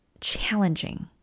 challenging